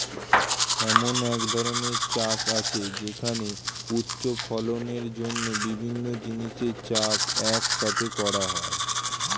এমন এক ধরনের চাষ আছে যেখানে উচ্চ ফলনের জন্য বিভিন্ন জিনিসের চাষ এক সাথে করা হয়